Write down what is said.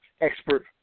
expert